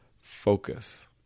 focus